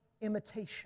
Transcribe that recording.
imitation